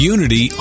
Unity